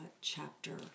chapter